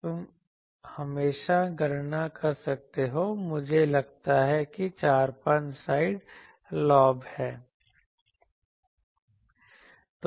तुम हमेशा गणना कर सकते हो मुझे लगता है कि 4 5 साइड लॉब हैं